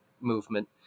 movement